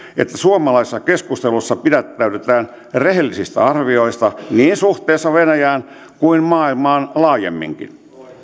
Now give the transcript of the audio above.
että suomalaisessa keskustelussa pidättäydytään rehellisistä arvioista niin suhteessa venäjään kuin maailmaan laajemminkin